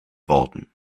worden